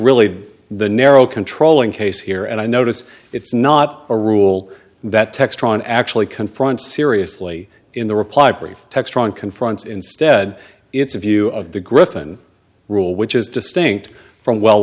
really the narrow controlling case here and i notice it's not a rule that textron actually confront seriously in the reply brief textron confronts instead it's a view of the gryphon rule which is distinct from well